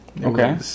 Okay